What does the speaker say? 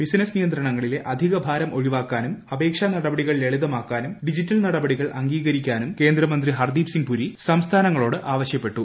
business നിയന്ത്രണങ്ങളിലെ അധികഭാരം ഒഴിവാക്കാനും അപേക്ഷാ നടപടികൾ ലളിതമാക്കാനും ഡിജിറ്റൽ നുടപ്പട്ടികൾ അംഗീകരിക്കാനും കേന്ദ്രമന്ത്രി ഹർദീപ്സിംഗ് പുരി സ്റ്റസ്മാനങ്ങളോട് ആവശ്യപ്പെട്ടു